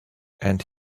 and